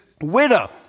widow